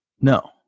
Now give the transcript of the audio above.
No